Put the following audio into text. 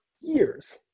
years